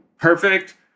Perfect